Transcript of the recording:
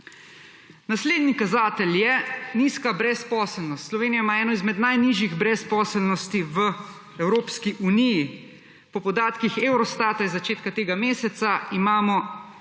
Naslednji kazatelj je nizka brezposelnost. Slovenija ima eno izmed najnižjih brezposelnosti v EU. Po podatkih Eurostata iz začetka tega meseca imamo